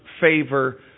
favor